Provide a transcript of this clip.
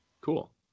Cool